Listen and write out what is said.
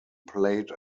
played